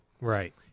Right